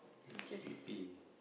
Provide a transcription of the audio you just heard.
I'm sleepy